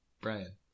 Brian